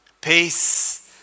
peace